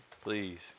Please